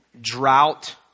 drought